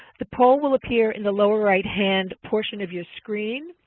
the poll will appear in the lower right-hand portion of your screen.